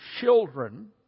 children